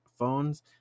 phones